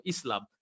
Islam